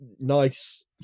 nice